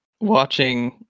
watching